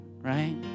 right